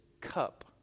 cup